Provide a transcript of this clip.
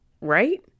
Right